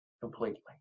completely